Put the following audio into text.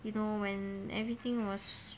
you know when everything was